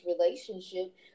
relationship